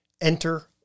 Enter